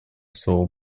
слово